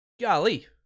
Golly